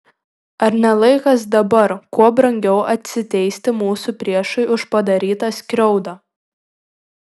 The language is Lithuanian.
ar ne laikas dabar kuo brangiau atsiteisti mūsų priešui už padarytą skriaudą